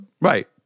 Right